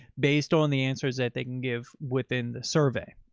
based on the answers that they can give within the survey.